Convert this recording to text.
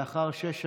לאחר שש שנים.